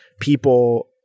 people